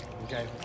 Okay